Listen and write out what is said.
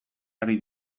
ari